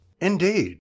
indeed